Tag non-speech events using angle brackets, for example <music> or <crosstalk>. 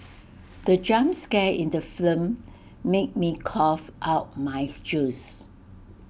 the jump scare in the film made me cough out my <noise> juice